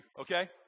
okay